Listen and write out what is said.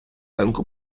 ринку